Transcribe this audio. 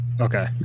Okay